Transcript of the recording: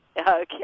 Okay